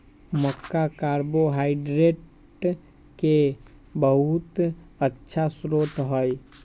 मक्का carbohydrate के बहुत अच्छा स्रोत हई